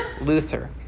Luther